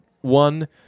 one